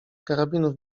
karabinów